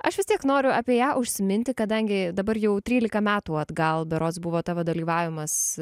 aš vis tiek noriu apie ją užsiminti kadangi dabar jau trylika metų atgal berods buvo tavo dalyvavimas